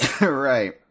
Right